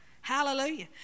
Hallelujah